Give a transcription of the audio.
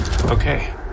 Okay